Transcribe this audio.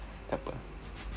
pepper